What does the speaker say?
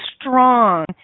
strong